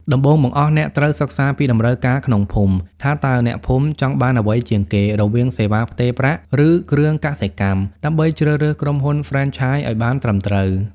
ដំបូងបង្អស់ អ្នកត្រូវ "សិក្សាពីតម្រូវការក្នុងភូមិ" ថាតើអ្នកភូមិចង់បានអ្វីជាងគេ រវាងសេវាផ្ទេរប្រាក់ ទឹកស្អាត ឬគ្រឿងកសិកម្ម ដើម្បីជ្រើសរើសក្រុមហ៊ុនហ្វ្រេនឆាយឱ្យបានត្រឹមត្រូវ។